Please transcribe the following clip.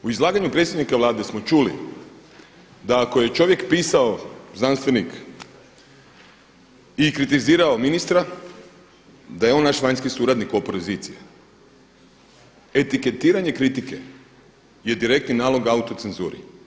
U izlaganju predsjednika Vlade smo čuli da ako je čovjek pisao znanstvenik i kritizirao ministra da je on naš vanjski suradnik … Etiketiranje kritike je direktni nalog autocenzuri.